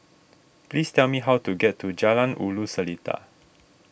please tell me how to get to Jalan Ulu Seletar